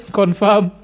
confirm